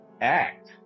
act